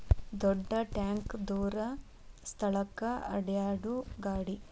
ದೊಡ್ಡ ಟ್ಯಾಂಕ ದೂರ ಸ್ಥಳಕ್ಕ ಅಡ್ಯಾಡು ಗಾಡಿ